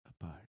apart